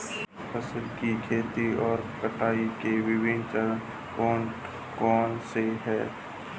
फसल की खेती और कटाई के विभिन्न चरण कौन कौनसे हैं?